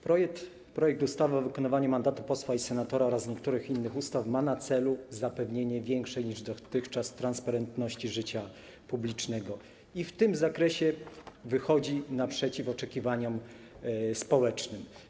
Projekt ustawy o zmianie ustawy o wykonywaniu mandatu posła i senatora oraz niektórych innych ustaw ma na celu zapewnienie większej niż dotychczas transparentności życia publicznego i w tym zakresie wychodzi naprzeciw oczekiwaniom społecznym.